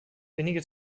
wenige